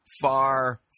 Far